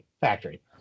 factory